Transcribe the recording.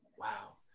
Wow